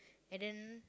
and then